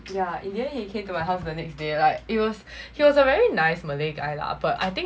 yeah in the end he came to my house the next day like it was he was a very nice malay guy lah but I think